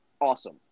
awesome